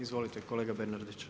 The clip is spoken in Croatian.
Izvolite kolega Bernardić.